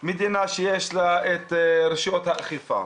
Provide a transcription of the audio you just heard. מדינה שיש לה את רשויות האכיפה,